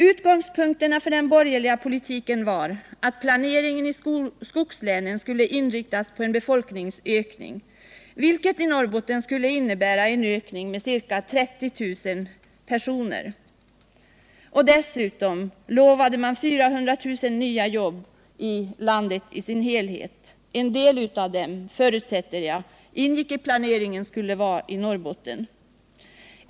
Utgångspunkten för den borgerliga politiken var att planeringen i skogslänen skulle inriktas på en befolkningsökning, vilket i Norrbotten skulle innebära en ökning med ca 30 000 personer. Dessutom utlovade man 400 000 nya jobb i landet i dess helhet. Jag förutsätter att det ingick i planeringen att en del av dem skulle komma till stånd i Norrbotten.